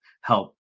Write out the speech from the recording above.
help